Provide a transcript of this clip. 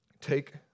Take